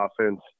offense